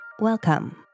Welcome